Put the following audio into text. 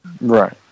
Right